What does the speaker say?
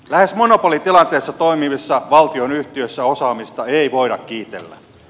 lähes monopolitilanteessa toimivissa valtionyhtiöissä osaamista ei voida kiitellä